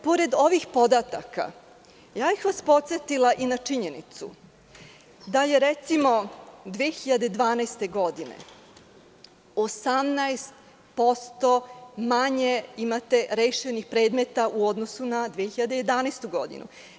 Pored ovih podataka, podsetila bih vas i na činjenicu da, recimo, 2012. godine, 18% manje imate rešenih predmeta u odnosu na 2011. godinu.